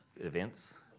events